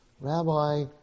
Rabbi